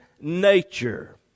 nature